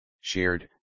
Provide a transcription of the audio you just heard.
shared